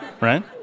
right